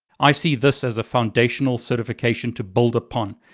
i see this as a foundational certification to build upon.